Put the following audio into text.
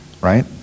right